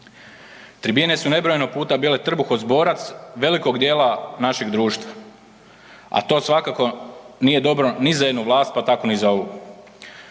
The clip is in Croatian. Tribine su nebrojeno puta bile trbuhozborac velikog dijela našeg društva, a to svakako nije dobro ni za jednu vlast pa tako ni za ovu.